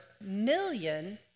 million